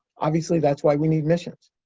obviously, that's why we need missions.